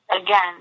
again